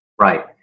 right